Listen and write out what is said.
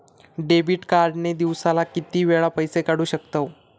Debit card ने दिवसाला किती वेळा पैसे काढू शकतव?